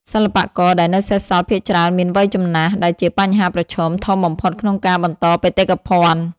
សិល្បករដែលនៅសេសសល់ភាគច្រើនមាន វ័យចំណាស់ ដែលជាបញ្ហាប្រឈមធំបំផុតក្នុងការបន្តបេតិកភណ្ឌ។